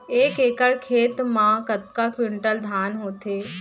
एक एकड़ खेत मा कतका क्विंटल धान होथे?